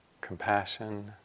compassion